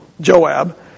Joab